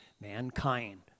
mankind